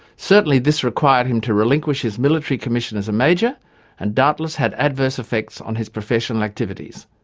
certainly this required him to relinquish his military commission as a major and doubtless had adverse effects on his professional activities.